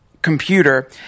Computer